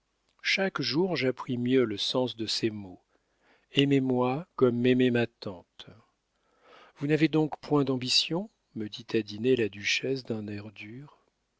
chaque jour j'appris mieux le sens de ces mots aimez-moi comme m'aimait ma tante vous n'avez donc point d'ambition me dit à dîner la duchesse d'un air dur